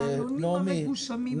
המעלונים המגושמים ששמו שם.